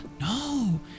no